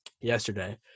yesterday